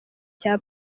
cya